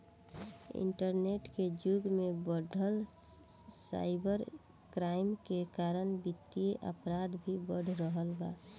internet के जुग में बढ़त साइबर क्राइम के कारण वित्तीय अपराध भी बढ़ रहल बा